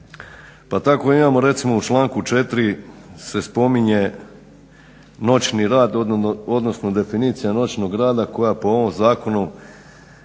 Pa tako imamo recimo u članku 4. se spominje noćni rad, odnosno definicija noćnog rada koja po ovom zakonu